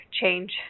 change